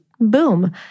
boom